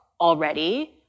already